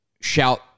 shout